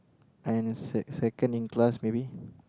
and in se~ second in class maybe